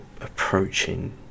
approaching